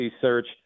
search